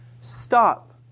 Stop